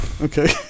Okay